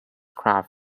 graph